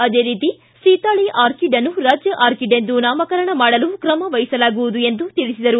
ಅದೇ ರೀತಿ ಸೀತಾಳೆ ಆರ್ಕಿಡ್ನ್ನು ರಾಜ್ಯ ಆರ್ಕಿಡ್ ಎಂದು ನಾಮಕರಣ ಮಾಡಲು ಕ್ರಮ ವಹಿಸಲಾಗುವುದು ಎಂದು ತಿಳಿಸಿದರು